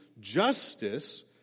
justice